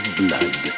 blood